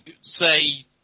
say